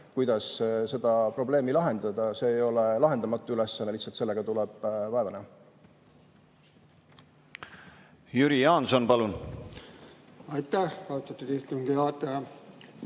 kuidas seda probleemi lahendada. See ei ole lahendamatu ülesanne, lihtsalt sellega tuleb vaeva